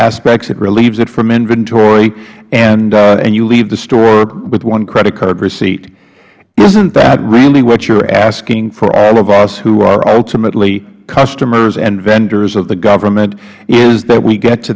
aspects it relieves it from inventory and you leave the store with one credit card receipt isn't that really what you're asking for all of us who are ultimately customers and vendors of the government is that we get to